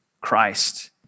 Christ